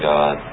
God